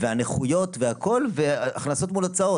הנכויות והכל הכנסות מול הוצאות.